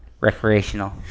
recreational